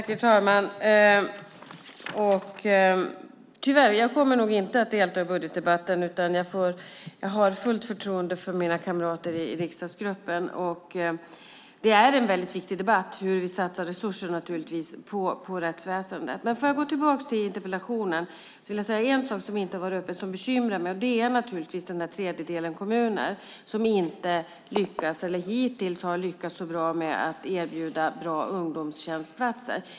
Herr talman! Tyvärr kommer jag nog inte att delta i budgetdebatten. Men jag har fullt förtroende för mina kamrater i riksdagsgruppen. Debatten om hur vi satsar resurser på rättsväsendet är en viktig debatt. För att gå tillbaka till interpellationen vill jag säga en sak som inte var uppe och som bekymrar mig. Det handlar om den tredjedel kommuner som hittills inte har lyckats så bra med att erbjuda bra ungdomstjänstplatser.